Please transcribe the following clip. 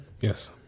Yes